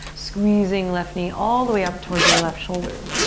squeezing left knee all the way up towards your left shoulder.